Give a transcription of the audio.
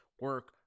Work